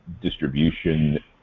distribution